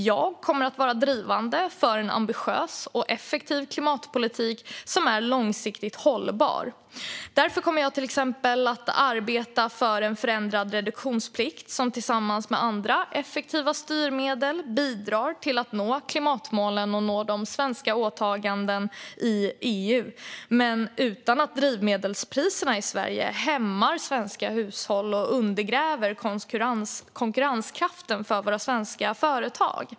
Jag kommer att vara drivande för en ambitiös och effektiv klimatpolitik som är långsiktigt hållbar. Därför kommer jag till exempel att arbeta för en förändrad reduktionsplikt som tillsammans med andra effektiva styrmedel bidrar till att klimatmålen och svenska åtaganden i EU kan nås, men utan att drivmedelspriserna i Sverige hämmar svenska hushåll och undergräver konkurrenskraften för våra svenska företag.